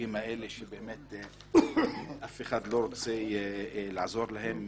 שבאמת אף אחד לא רוצה לעזור להם.